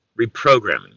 reprogramming